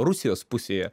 rusijos pusėje